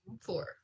Four